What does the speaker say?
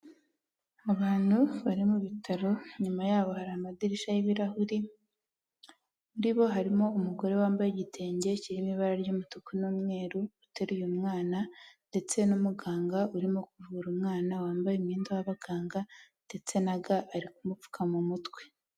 Abantu bari mu bitaro inyuma yabo hari amadirishya y'ibirahuri, muri bo harimo umugore wambaye igitenge kirimo ibara ry'umutuku n'umweru uteruye umwana, ndetse n'umuganga urimo kuvura umwana wambaye umwenda w'abaganga, ndetse na ga ari kumupfuka mu mutwe.